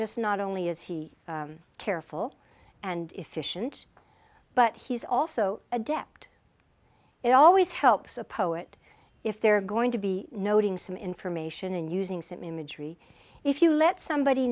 just not only is he careful and efficient but he's also adept it always helps a poet if they're going to be noting some information and using symmetry if you let somebody